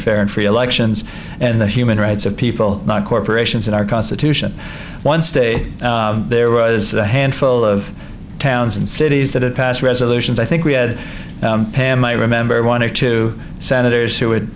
fair and free elections and the human rights of people not corporations in our constitution once they there was a handful of towns and cities that had passed resolutions i think we had pam i remember one or two senators who would